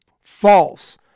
False